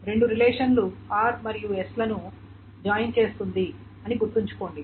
రెండు రిలేషన్లు r మరియు s లను జాయిన్ చేస్తుంది అని గుర్తుంచుకోండి